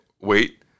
Wait